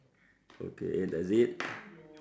okay that's it